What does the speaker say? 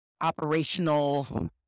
operational